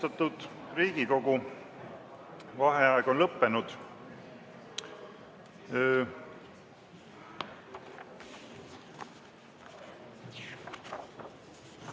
Riigikogu! Vaheaeg on lõppenud.